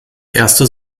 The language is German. erste